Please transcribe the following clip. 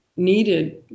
needed